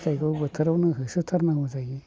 बोथोरावनो होसोथारनांगौ जायो